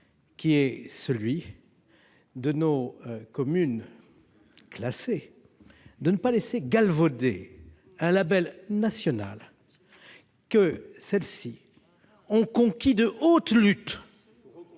le souci de nos communes classées de ne pas laisser galvauder un label national qu'elles ont conquis de haute lutte,